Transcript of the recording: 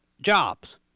jobs